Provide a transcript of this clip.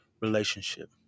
relationship